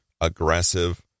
aggressive